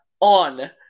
on